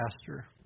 pastor